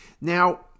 Now